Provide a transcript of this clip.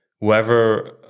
whoever